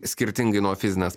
skirtingai nuo fizinės